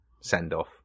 send-off